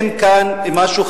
אין כאן משהו,